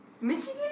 Michigan